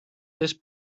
this